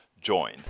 join